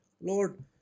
Lord